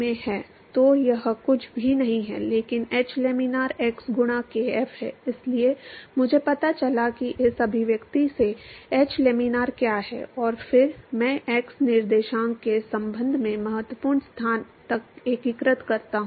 तो यह कुछ भी नहीं है लेकिन h लैमिनार x गुणा kf है इसलिए मुझे पता चला है कि इस अभिव्यक्ति से एच लैमिनार क्या है और फिर मैं एक्स निर्देशांक के संबंध में महत्वपूर्ण स्थान तक एकीकृत करता हूं